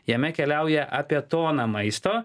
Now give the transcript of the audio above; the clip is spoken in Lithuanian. jame keliauja apie toną maisto